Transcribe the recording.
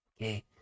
okay